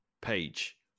page